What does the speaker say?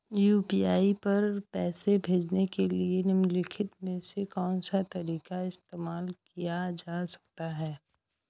UPI पर पैसे भेजने के लिए निम्नलिखित में से कौन सा तरीका इस्तेमाल किया जा सकता है?